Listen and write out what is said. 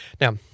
Now